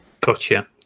gotcha